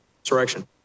insurrection